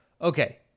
Okay